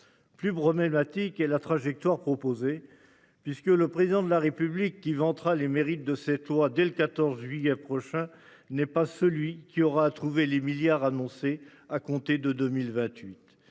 Plus. Et la trajectoire proposé puisque le président de la République qui vantera les mérites de cette loi. Dès le 14 juillet prochain n'est pas celui qui aura à trouver les milliards annoncés à compter de 2028.